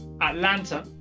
Atlanta